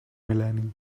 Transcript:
mil·lenni